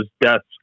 deaths